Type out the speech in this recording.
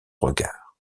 regard